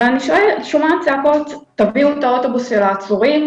שמעתי צעקות: תביאו את האוטובוס של העצורים,